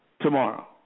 tomorrow